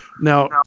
Now